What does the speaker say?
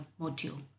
module